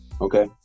Okay